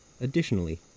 Additionally